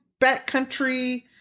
backcountry